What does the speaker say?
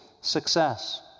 success